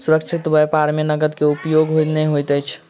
सुरक्षित व्यापार में नकद के उपयोग नै होइत अछि